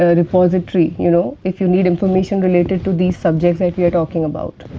ah repository, you know if you need information related to these subjects that we are talking about.